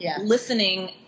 listening